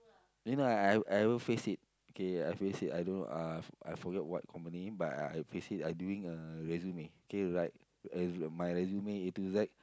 you know I I I ever face it okay I face it I don't know uh I I forget what company but I I face it I doing a resume K like my resume A to Z